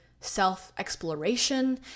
self-exploration